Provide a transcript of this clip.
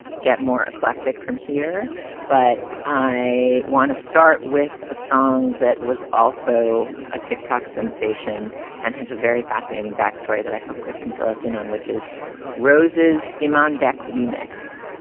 get more eclectic from here but i want to start with a song that was also a tick tock sensation and has a very fascinating backstory that i hope chris can fill us in on, which is rose's emman back remix.